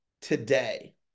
today